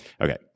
Okay